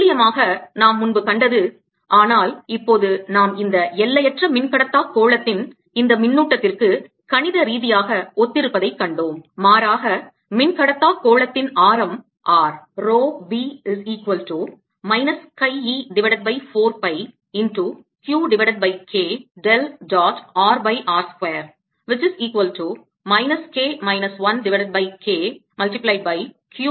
துல்லியமாக நாம் முன்பு கண்டது ஆனால் இப்போது நாம் இந்த எல்லையற்ற மின்கடத்தாக் கோளத்தின் இந்த மின்னூட்டத்திற்கு கணித ரீதியாக ஒத்திருப்பதைக் கண்டோம் மாறாக மின்கடத்தாக் கோளத்தின் ஆரம் R